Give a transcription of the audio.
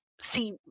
see